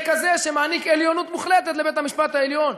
כזה שמעניק עליונות מוחלטת לבית-המשפט העליון,